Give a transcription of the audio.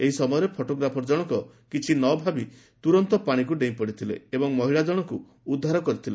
ଏହି ସମୟରେ ଫଟୋଗ୍ରାଫର ଜଶଙ୍କ କିଛି ନ ଭାବି ତୂରନ୍ତ ପାଶିକୁ ଡେଇଁପଡ଼ିଥିଲେ ଏବଂ ମହିଳା କଣଙ୍କୁ ଉଦ୍ଧାର କରିଥିଲେ